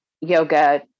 yoga